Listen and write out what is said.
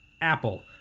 apple